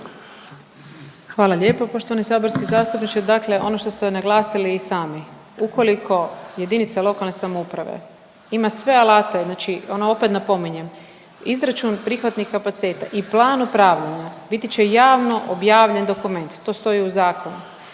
Hvala lijepo poštovani saborski zastupniče. Dakle, ono što ste naglasili i sami. Ukoliko jedinica lokalne samouprave ima sve alate znači ono opet napominjem, izračun prihodnih kapaciteta i plan upravljanja biti će javno objavljen dokument, to stoji u zakonu,